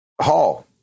Hall